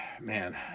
Man